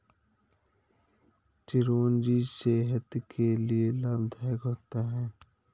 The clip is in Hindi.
चिरौंजी सेहत के लिए लाभदायक होता है